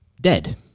dead